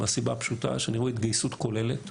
מהסיבה הפשוטה שאני רואה התגייסות כוללת